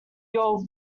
your